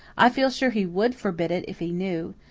i feel sure he would forbid it, if he knew.